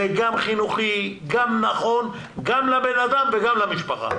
זה גם חינוכי, גם נכון, גם לבן אדם וגם למשפחה.